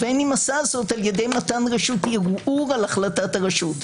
ובין אם עשה זאת על ידי מתן רשות ערעור על החלטת הרשות.